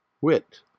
wit